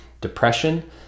depression